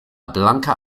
blanka